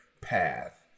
path